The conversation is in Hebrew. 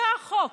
זה החוק,